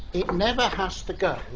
it never has to go.